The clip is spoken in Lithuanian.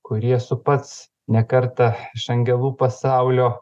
kurį esu pats ne kartą iš angelų pasaulio